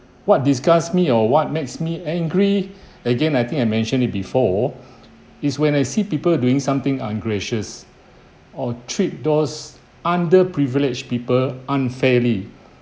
what disgusts me or what makes me angry again I think I mentioned it before it's when I see people doing something ungracious or treat those under privileged people unfairly